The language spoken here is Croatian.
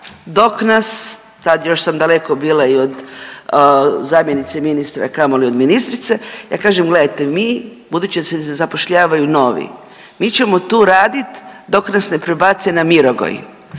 dok nas tad još sam daleko bila i od zamjenice ministra kamoli od ministrice, ja kažem gledajte, mi budući da se ne zapošljavaju novi, mi ćemo tu radit dok nas ne prebace na Mirogoj.